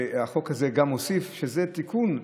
שזה תיקון,